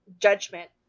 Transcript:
judgment